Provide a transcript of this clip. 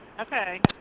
Okay